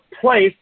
place